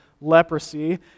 leprosy